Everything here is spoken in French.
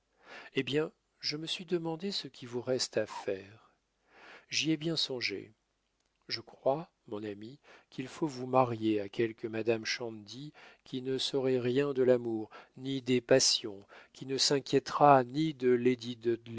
eh bien je me suis demandé ce qui vous reste à faire j'y ai bien songé je crois mon ami qu'il faut vous marier à quelque madame shandy qui ne saura rien de l'amour ni des passions qui ne s'inquiétera ni de